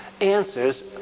Answers